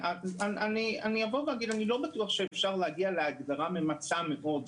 איני בטוח שאפשר להגיע להגדרה ממצה מאוד,